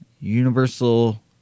Universal